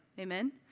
Amen